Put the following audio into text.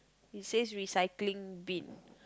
it says recycling bin